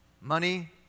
Money